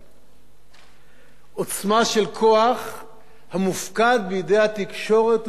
עוצמה של כוח המופקד בידי התקשורת ובידינו הפוליטיקאים,